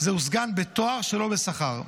זהו סגן בתואר שלא בשכר,